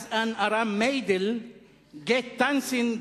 אז אן ארעמער מיידל גייט טאנצן,